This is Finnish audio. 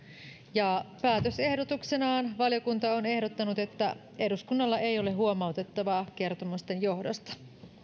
ja päätösehdotuksenaan valiokunta on ehdottanut että eduskunnalla ei ole huomautettavaa kertomusten johdosta